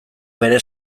bere